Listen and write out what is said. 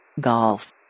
Golf